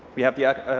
we have the app.